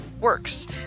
works